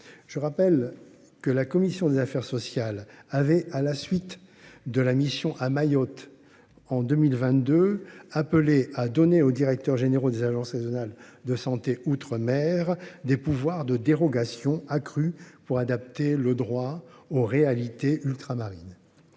Je rappelle que la commission des affaires sociales avait à la suite de la mission à Mayotte en 2022. Appelée à donner aux directeurs généraux des agences nationales de santé outre-mer des pouvoirs de dérogations accrue pour adapter le droit aux réalités ultramarines.